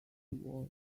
was